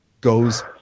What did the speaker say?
Goes